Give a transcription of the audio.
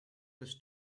this